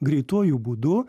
greituoju būdu